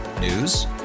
News